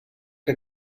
que